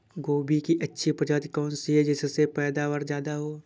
गोभी की अच्छी प्रजाति कौन सी है जिससे पैदावार ज्यादा हो?